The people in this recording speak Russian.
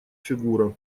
фигура